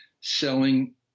selling